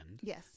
yes